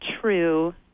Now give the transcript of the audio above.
true